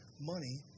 money